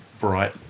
bright